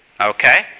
Okay